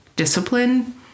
Discipline